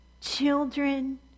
children